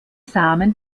samen